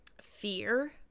fear